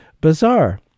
bizarre